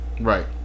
Right